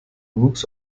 wuchs